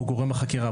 הוא גורם החקירה,